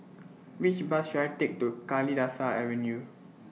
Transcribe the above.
Which Bus should I Take to Kalidasa Avenue